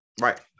Right